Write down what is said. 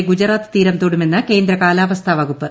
ടൌട്ടെ ഗുജറാത്തീരം തൊടുമെന്ന് കേന്ദ്ര കാലാവസ്ഥാ വകുപ്പ്